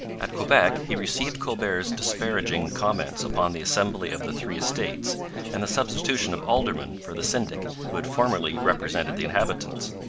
at quebec he received colbert's disparaging comments upon the assembly of the three estates and the substitution of aldermen for the syndic who had formerly represented the inhabitants.